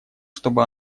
чтобы